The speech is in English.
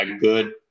good